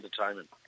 entertainment